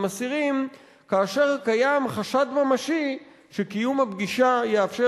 אסירים כאשר קיים חשד ממשי שקיום הפגישה יאפשר,